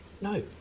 No